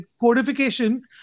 codification